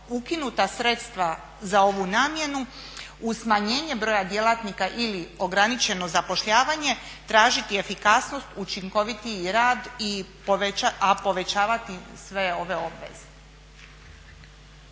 ukinuta sredstva za ovu namjenu uz smanjenje broja djelatnika ili ograničeno zapošljavanje tražiti efikasnost, učinkovitiji rad a povećavati sve ove obveze.